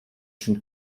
schon